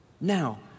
Now